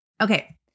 Okay